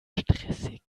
stressig